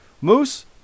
Moose